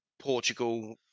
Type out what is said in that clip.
Portugal